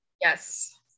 yes